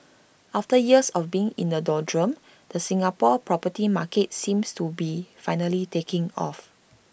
after years of being in the doldrums the Singapore property market seems to be finally taking off